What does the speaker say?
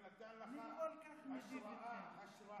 אני אתן לך, טוב.